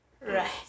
right